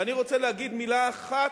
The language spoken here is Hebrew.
ואני רוצה להגיד מלה אחת,